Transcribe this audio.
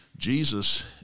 Jesus